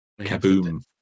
Kaboom